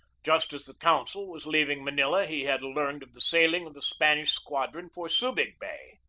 just as the consul was leaving manila he had learned of the sailing of the spanish squadron for subig bay.